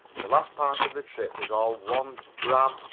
the last part of the trip was all one drab,